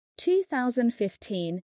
2015